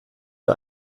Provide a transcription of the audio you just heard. nur